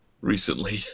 recently